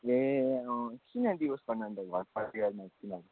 ए अँ किन डिभोर्स गर्नु त अन्त अब घरपरिवारमा किन